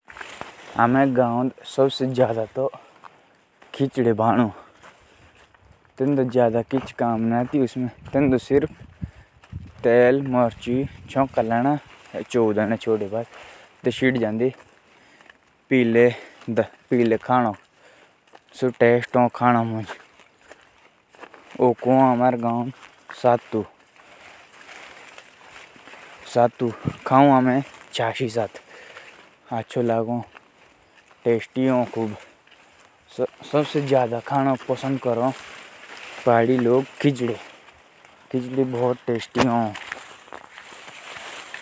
हमारे यहाँ सबसे जादा खिचड़ी बनाई जाती है। और हमारे यहाँ सत्तू खाते हैं और उसे मठे के साथ खाते हैं।